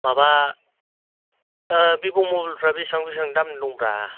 माबा ओ भिब' मबाइलफ्रा बिसिबां बिसिबां दामनि दङब्रा